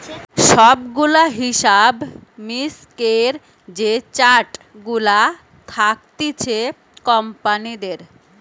সব গুলা হিসাব মিক্সের যে চার্ট গুলা থাকতিছে কোম্পানিদের